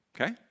Okay